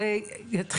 שזה יהיה,